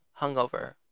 hungover